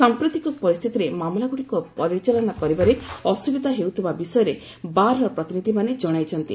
ସାମ୍ପ୍ରତିକ ପରିସ୍ଥିତିରେ ମାମଲାଗୁଡ଼ିକର ପରିଚାଳନା କରିବାରେ ଅସୁବିଧା ହେଉଥିବା ବିଷୟରେ ବାର୍ର ପ୍ରତିନିଧିମାନେ ଜଣାଇଛନ୍ତି